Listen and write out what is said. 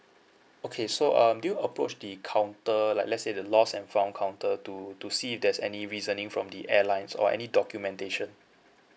okay so um did you approach the counter like let's say the lost and found counter to to see if there's any reasoning from the airlines or any documentation